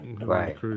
Right